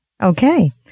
Okay